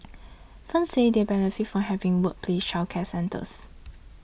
firms said they benefit from having workplace childcare centres